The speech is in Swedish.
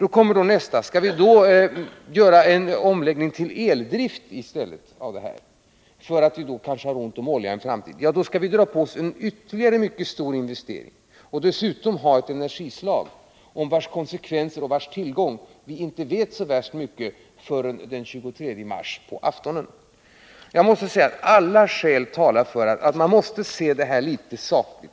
Då kommer nästa fråga: Skall vi under sådana förhållanden lägga om till eldrift eftersom vi kanske får ont om olja i en framtid? Då måste vi dra på oss ytterligare en mycket stor investering. Och det gäller dessutom ett energislag om vars konsekvenser och tillgång vi inte vet så värst mycket förrän den 23 mars på aftonen. Jag måste säga: Alla skäl talar för att vi måste se på den här frågan sakligt.